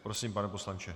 Prosím, pane poslanče.